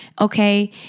Okay